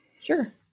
Sure